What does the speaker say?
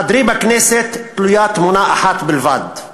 בחדרי בכנסת תלויה תמונה אחת בלבד: